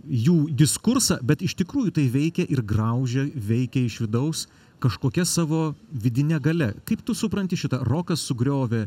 jų diskursą bet iš tikrųjų tai veikia ir graužia veikia iš vidaus kažkokia savo vidine galia kaip tu supranti šitą rokas sugriovė